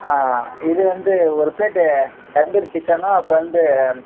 ஆ இது வந்து ஒரு பிளேட் தந்தூரி சிக்கனும் அப்புறம் வந்து